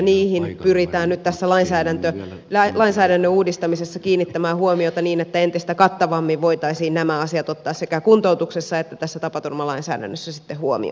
niihin pyritään nyt tässä lainsäädännön uudistamisessa kiinnittämään huomiota niin että entistä kattavammin voitaisiin nämä asiat ottaa sekä kuntoutuksessa että tässä tapaturmalainsäädännössä sitten huomioon